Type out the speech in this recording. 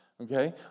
Okay